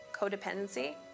codependency